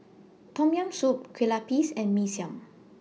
Tom Yam Soup Kueh Lapis and Mee Siam